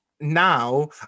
now